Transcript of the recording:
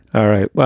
all right.